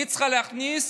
היא צריכה להכניס